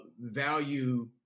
value